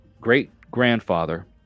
great-grandfather